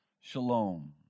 shalom